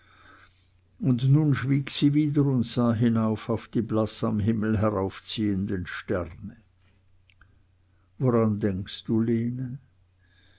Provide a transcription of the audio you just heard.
und nun schwieg sie wieder und sah hinauf auf die blaß am himmel heraufziehenden sterne woran denkst du lene